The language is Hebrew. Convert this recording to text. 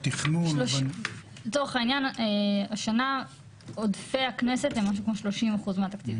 לצורך העניין השנה עודפי הכנסת הם משהו כמו 30% מהתקציב.